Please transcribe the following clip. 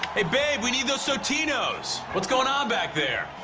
hey, babe, we need those totinos, what's going on back there?